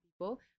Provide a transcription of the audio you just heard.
people